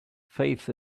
faith